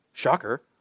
Shocker